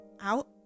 out